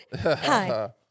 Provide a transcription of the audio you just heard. Hi